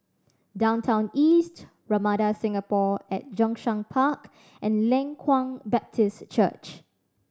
Downtown East Ramada Singapore at Zhongshan Park and Leng Kwang Baptist Church